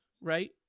right